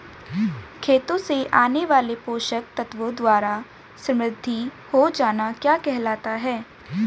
खेतों से आने वाले पोषक तत्वों द्वारा समृद्धि हो जाना क्या कहलाता है?